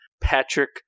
Patrick